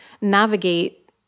navigate